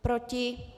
Proti?